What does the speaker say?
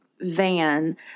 Van